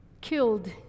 killed